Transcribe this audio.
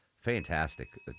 fantastic